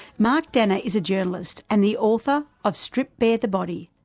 mark danner is a journalist and the author of stripped bare the body.